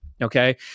Okay